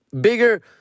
bigger